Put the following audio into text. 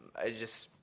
i just,